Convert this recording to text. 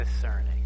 discerning